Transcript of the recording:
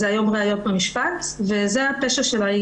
זה היום ראיות במשפט וזה היה הפשע שלה.